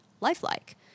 lifelike